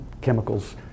chemicals